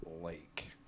Lake